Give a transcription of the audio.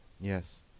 Yes